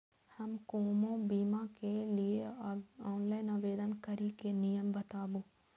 हम कोनो बीमा के लिए ऑनलाइन आवेदन करीके नियम बाताबू?